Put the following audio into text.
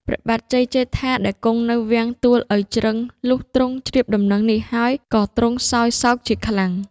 ព្រះបាទជ័យជេដ្ឋា ដែលគង់នៅវាំងទូលឪជ្រឹង លុះទ្រង់ជ្រាបដំណឹងនេះហើយ ក៏ទ្រង់សោយសោកជាខ្លាំង។